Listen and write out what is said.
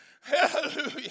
hallelujah